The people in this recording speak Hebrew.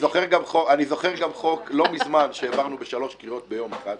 זוכר גם חוק שהעברנו לא מזמן בשלוש קריאות ביום אחד